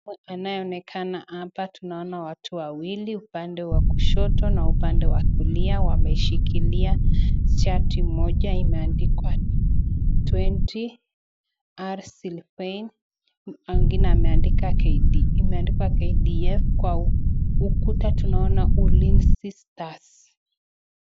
Anayeonekana hapa, tunaona watu wawili upande wa kushoto na upande wa kulia wameshikilia chati moja imeandikwa "20 R Sylvaine", ingine imeandikwa "KDF". Kwa ukuta tunaona "Ulinzi Stars".